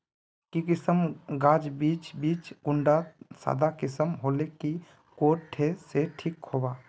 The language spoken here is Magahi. किसम गाज बीज बीज कुंडा त सादा किसम होले की कोर ले ठीक होबा?